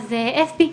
אסתי,